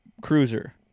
cruiser